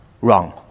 Wrong